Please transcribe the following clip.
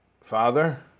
Father